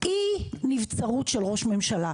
אי נבצרות של ראש ממשלה.